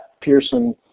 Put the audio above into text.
Pearson